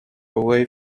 away